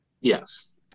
Yes